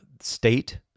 state